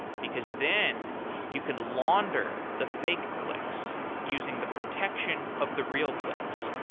because then you can launder the fake clicks using the protection of the real clicks.